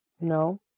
No